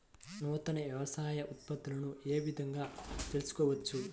నూతన వ్యవసాయ ఉత్పత్తులను ఏ విధంగా తెలుసుకోవచ్చు?